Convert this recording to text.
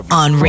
on